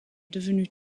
devenue